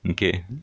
okay